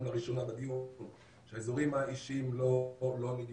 לראשונה בדיון שהאזורים האישיים לא נגישים,